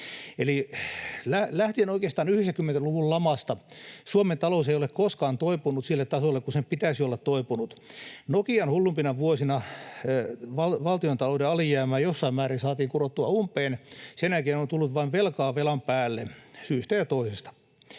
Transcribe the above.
lähtien oikeastaan 90-luvun lamasta Suomen talous ei ole koskaan toipunut sille tasolle, mille sen pitäisi olla toipunut. Nokian hulluimpina vuosina valtiontalouden alijäämää jossain määrin saatiin kurottua umpeen. Sen jälkeen on tullut vain velkaa velan päälle, syystä ja toisesta.